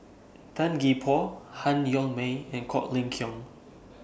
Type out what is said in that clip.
Tan Gee Paw Han Yong May and Quek Ling Kiong